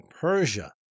Persia